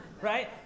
right